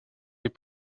les